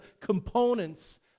components